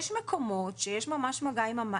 יש מקומות שיש אפשרות של מגע עם המים,